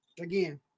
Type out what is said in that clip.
again